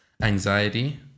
anxiety